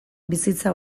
bizitza